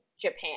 Japan